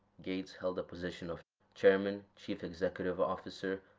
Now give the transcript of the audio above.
gates held the positions of chairman, chief executive officer